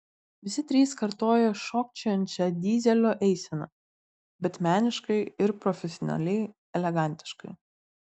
visi trys kartojo šokčiojančią dyzelio eiseną bet meniškai ir profesionaliai elegantiškai